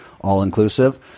all-inclusive